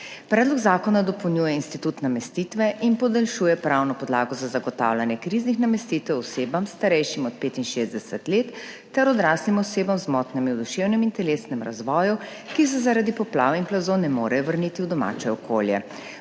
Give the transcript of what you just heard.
Predlog zakona dopolnjuje institut namestitve in podaljšuje pravno podlago za zagotavljanje kriznih namestitev osebam starejšim od 65 let ter odraslim osebam z motnjami v duševnem in telesnem razvoju, ki se zaradi poplav in plazov ne morejo vrniti v domače okolje.